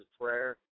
Prayer